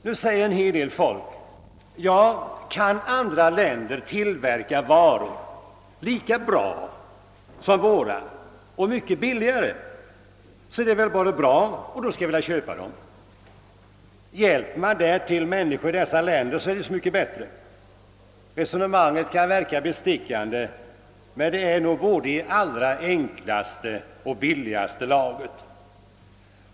Nu säger en hel del människor: Ja, kan andra länder tillverka varor lika bra som våra och mycket billigare, är det väl bara bra och då skall vi väl köpa av dem! Hjälper man därtill människor i dessa länder, så är det ju så mycket bättre. Resonemanget kan verka bestickande, men det är nog i både enklaste och billigaste laget.